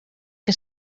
que